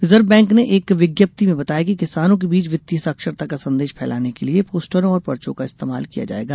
reserve bank ने एक विज्ञप्ति में बताया कि किसानों के बीच वित्तीय साक्षरता का संदेश फैलाने के लिए पोस्टरों और पर्चो का इस्तेमाल किया जाएगा